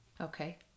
Okay